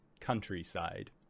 countryside